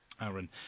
Aaron